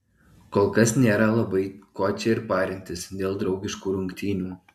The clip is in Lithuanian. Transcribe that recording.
kolkas nėra labai ko čia ir parintis dėl draugiškų rungtynių